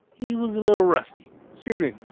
he was a little rusty excuse me,